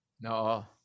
No